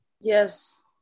yes